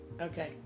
Okay